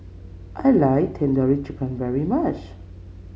I like Tandoori Chicken very much